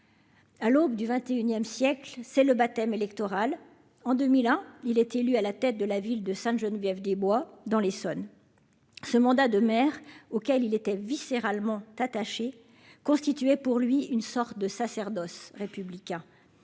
à l'aube du XXIe siècle, c'est le baptême électoral en 2001, il est élu à la tête de la ville de Sainte-Geneviève-des-Bois dans l'Essonne, ce mandat de maire auquel il était viscéralement t'attacher constituait pour lui une sorte de sacerdoce républicain